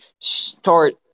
start